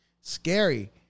Scary